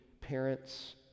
parents